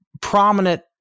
prominent